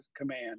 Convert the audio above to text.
Command